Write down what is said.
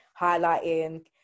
highlighting